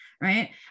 right